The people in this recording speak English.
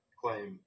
claim